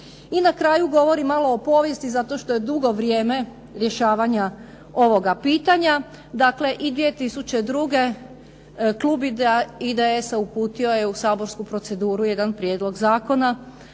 I na kraju, govorim malo o povijesti zato što je dugo vrijeme rješavanja ovoga pitanja, dakle i 2002. klub IDS-a uputio je u saborsku proceduru jedan prijedlog zakona,